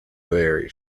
very